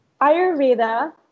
Ayurveda